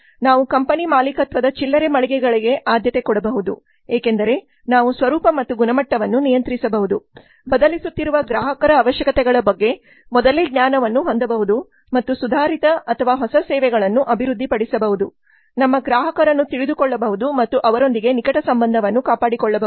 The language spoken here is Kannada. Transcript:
ನಾವು ಕಂಪನಿ ಮಾಲೀಕತ್ವದ ಚಿಲ್ಲರೆ ಮಳಿಗೆಗಳಿಗೆ ಆದ್ಯತೆ ಕೊಡಬಹುದು ಏಕೆಂದರೆ ನಾವು ಸ್ವರೂಪ ಮತ್ತು ಗುಣಮಟ್ಟವನ್ನು ನಿಯಂತ್ರಿಸಬಹುದು ಬದಲಿಸುತ್ತಿರುವ ಗ್ರಾಹಕರ ಅವಶ್ಯಕತೆಗಳ ಬಗ್ಗೆ ಮೊದಲೇ ಜ್ಞಾನವನ್ನು ಹೊಂದಬಹುದು ಮತ್ತು ಸುಧಾರಿತ ಅಥವಾ ಹೊಸ ಸೇವೆಗಳನ್ನು ಅಭಿವೃದ್ಧಿಪಡಿಸಬಹುದು ನಮ್ಮ ಗ್ರಾಹಕರನ್ನು ತಿಳಿದುಕೊಳ್ಳಬಹುದು ಮತ್ತು ಅವರೊಂದಿಗೆ ನಿಕಟ ಸಂಬಂಧವನ್ನು ಕಾಪಾಡಿಕೊಳ್ಳಬಹುದು